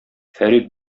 фәрит